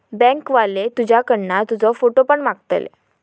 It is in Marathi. बँक वाले तुझ्याकडना तुजो फोटो पण मागतले